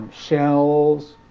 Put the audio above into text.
Shells